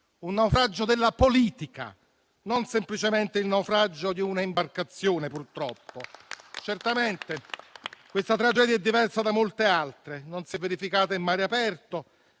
un naufragio della politica, non semplicemente il naufragio di un'imbarcazione, purtroppo. Certamente questa tragedia è diversa da molte altre: non si è verificata in mare aperto,